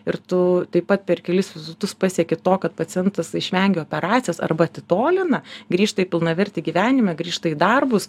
ir tu taip pat per kelis vizitus pasieki to kad pacientas išvengia operacijos arba atitolina grįžta į pilnavertį gyvenimą grįžta į darbus